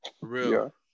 real